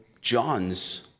John's